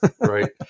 Right